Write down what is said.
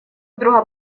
друга